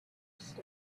east